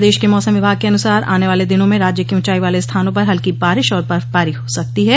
प्रदेश के मौसम विभाग के अनुसार आने वाले दिनों में राज्य के ऊंचाई वाले स्थानों पर हल्की बारिश और बर्फबारी हो सकती है